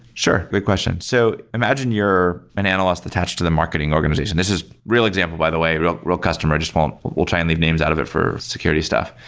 sure. good question. so imagine you're an analyst attached to the marketing organization. this is real example by the way, real real customer. um we'll try and leave names out of it for security stuff.